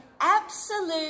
absolute